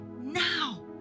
now